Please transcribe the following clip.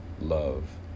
love